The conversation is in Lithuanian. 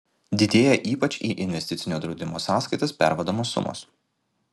didėja ypač į investicinio draudimo sąskaitas pervedamos sumos